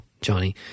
Johnny